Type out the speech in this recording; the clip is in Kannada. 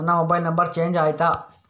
ನನ್ನ ಮೊಬೈಲ್ ನಂಬರ್ ಚೇಂಜ್ ಆಯ್ತಾ?